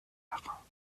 marins